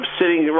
sitting